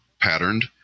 patterned